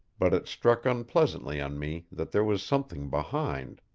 but it struck unpleasantly on me that there was something behind.